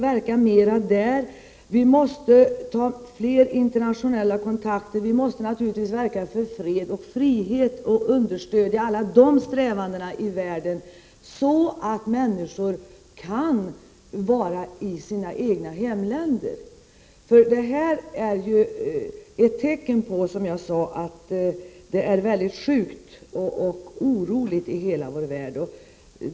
Vi måste ta fler internationella kontakter, och vi måste naturligtvis verka för fred och frihet och understödja alla de strävandena i världen så att människor kan leva i sina egna hemländer. Det här är ett tecken på att det är sjukt och oroligt i hela vår värld.